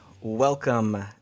Welcome